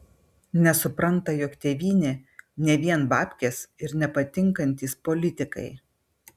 nesupranta jog tėvynė ne vien babkės ir nepatinkantys politikai